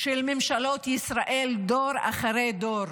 של ממשלות ישראל דור אחרי דור,